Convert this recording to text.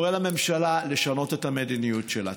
אני קורא לממשלה לשנות את המדיניות שלה.